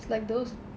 it's like those